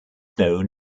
known